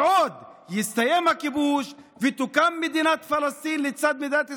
עוד יסתיים הכיבוש ותוקם מדינת פלסטין לצד מדינת ישראל,